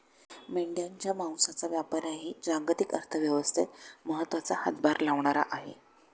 मेंढ्यांच्या मांसाचा व्यापारही जागतिक अर्थव्यवस्थेत महत्त्वाचा हातभार लावणारा आहे